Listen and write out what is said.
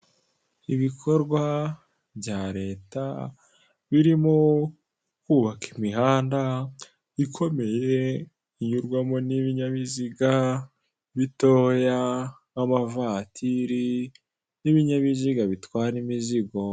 Ibikorwa bya leta, birimo kubaka imihanda ikomeye, inyurwamo n'ibinyabiziga bitoya nk'amavatiri n'ibinyabiziga bitwara imizigo.